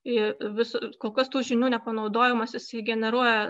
į visa kol kas tų žinių nepanaudojimas jisai generuoja